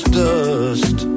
dust